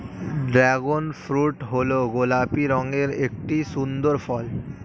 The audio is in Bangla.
ড্র্যাগন ফ্রুট হল গোলাপি রঙের একটি সুন্দর ফল